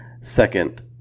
Second